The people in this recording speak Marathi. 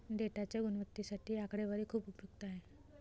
डेटाच्या गुणवत्तेसाठी आकडेवारी खूप उपयुक्त आहे